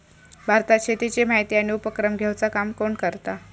भारतात शेतीची माहिती आणि उपक्रम घेवचा काम कोण करता?